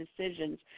decisions